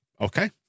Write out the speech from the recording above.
okay